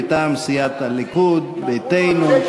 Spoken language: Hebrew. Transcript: מטעם סיעת הליכוד ביתנו,